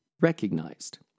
recognized